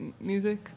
music